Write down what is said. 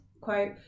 quote